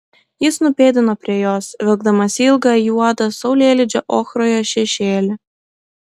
jis nupėdino prie jos vilkdamas ilgą juodą saulėlydžio ochroje šešėlį